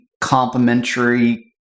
complementary